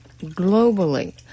globally